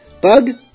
Bug